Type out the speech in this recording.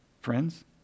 Friends